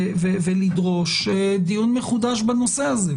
ולדרוש דיון מחודש בנושא הזה.